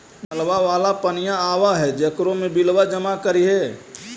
नलवा वाला पनिया आव है जेकरो मे बिलवा जमा करहिऐ?